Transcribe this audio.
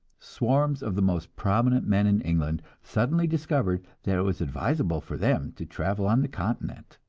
swarms of the most prominent men in england suddenly discovered that it was advisable for them to travel on the continent.